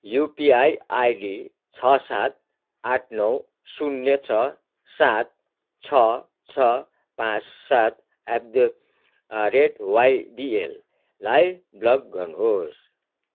UPI ID छ सात आठ नौ शून्य छ सात छ छ पाँच सात एट द रेट वाइबिएललाई ब्लक गर्नुहोस्